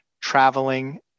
traveling